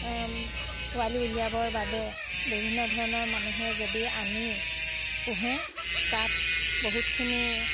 পোৱালি উলিয়াবৰ বাবে বিভিন্ন ধৰণৰ মানুহে যদি আনি পোহে তাত বহুতখিনি